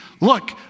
Look